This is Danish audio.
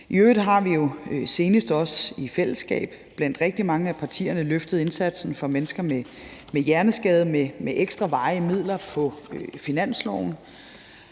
I øvrigt har vi senest også i fællesskab blandt rigtig mange af partierne løftet indsatsen for mennesker med hjerneskade med ekstra, varige midler på finansloven,